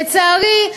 לצערי,